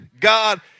God